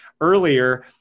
earlier